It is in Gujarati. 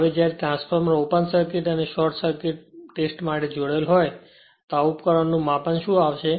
હવે જ્યારે ટ્રાન્સફોર્મર ઓપન સર્કિટ અને પછી શોર્ટ સર્કિટ ટેસ્ટ માટે જોડેલ હોય તો આ ઉપકરણ નું માપન શું આવશે